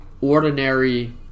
ordinary